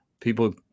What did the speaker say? people